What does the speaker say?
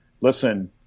listen